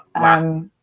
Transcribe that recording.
Wow